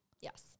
yes